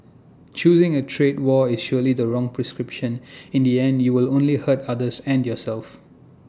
choosing A trade war is surely the wrong prescription in the end you will only hurt others and yourself